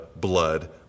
blood